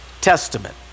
Testament